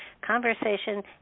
conversation